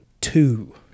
two